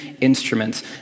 instruments